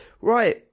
Right